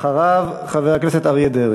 אחריו, חבר הכנסת אריה דרעי.